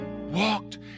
walked